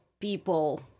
people